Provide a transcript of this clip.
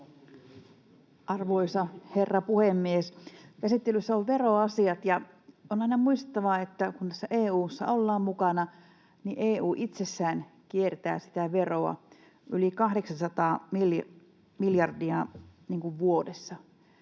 Arvoisa herra puhemies! Käsittelyssä ovat veroasiat, ja on aina muistettava, että kun tässä EU:ssa ollaan mukana, niin EU itsessään kiertää sitä veroa yli 800 miljardia vuodessa.